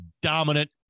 dominant